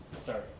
Sorry